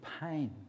pain